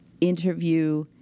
interview